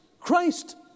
Christ